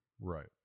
Right